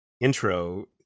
intro